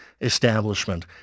establishment